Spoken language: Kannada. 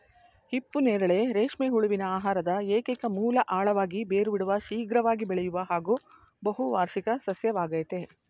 ಹಿಪ್ಪುನೇರಳೆ ರೇಷ್ಮೆ ಹುಳುವಿನ ಆಹಾರದ ಏಕೈಕ ಮೂಲ ಆಳವಾಗಿ ಬೇರು ಬಿಡುವ ಶೀಘ್ರವಾಗಿ ಬೆಳೆಯುವ ಹಾಗೂ ಬಹುವಾರ್ಷಿಕ ಸಸ್ಯವಾಗಯ್ತೆ